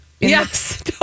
yes